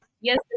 yes